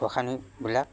গোঁসানীবিলাক